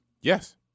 Yes